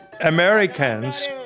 Americans